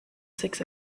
six